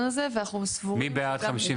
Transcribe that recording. הזה ואנחנו סבורים --- מי בעד 52?